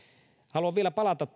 haluan vielä palata